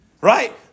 Right